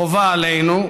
חובה עלינו,